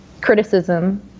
criticism